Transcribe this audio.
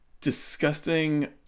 disgusting